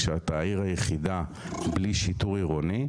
כשאתה העיר היחידה בלי שיטור עירוני,